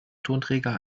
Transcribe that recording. tonträger